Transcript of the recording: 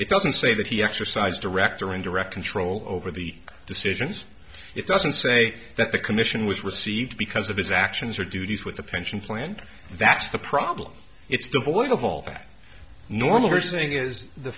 it doesn't say that he exercised direct or indirect control over the decisions it doesn't say that the commission was received because of his actions or duties with the pension plan that's the problem it's devoid of all that normal person is the